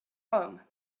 home